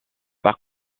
par